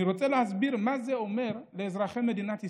אני רוצה להסביר מה זה אומר לאזרחי מדינת ישראל,